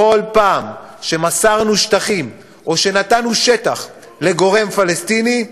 בכל פעם שמסרנו שטחים או נתנו שטח לגורם פלסטיני,